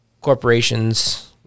corporations